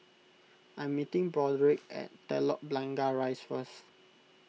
I'm meeting Broderick at Telok Blangah Rise first